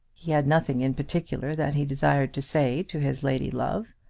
he had nothing in particular that he desired to say to his lady-love.